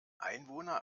einwohner